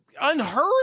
unheard